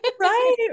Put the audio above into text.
Right